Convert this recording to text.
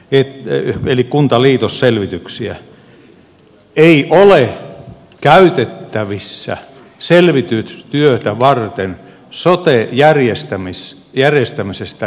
selvitystyötä varten ei ole käytettävissä riittäviä tietoja sote järjestämisestä